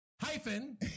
Hyphen